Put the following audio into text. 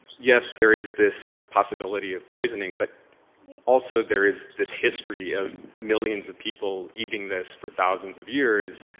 yes, there is this possibility of poisoning, but also there is this history of millions of people eating this for thousands of years.